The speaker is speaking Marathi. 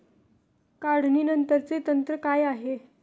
काढणीनंतरचे तंत्र काय आहे?